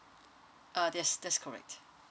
uh yes that's correct